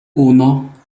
uno